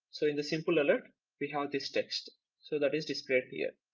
so in the simple alert we have this text so that is displayed here.